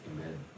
Amen